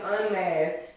unmasked